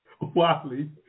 Wally